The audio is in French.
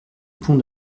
pont